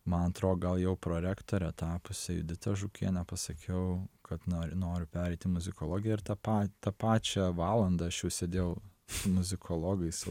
man atrodo gal jau prorektore tapusią juditą žukienę pasakiau kad nori nori pereiti į muzikologiją ir tą pa tą pačią valandą aš jau sėdėjau su muzikologais